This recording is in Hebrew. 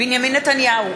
בנימין נתניהו,